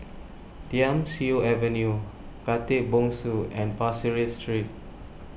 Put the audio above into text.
Thiam Siew Avenue Khatib Bongsu and Pasir Ris Street